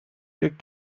get